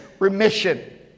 remission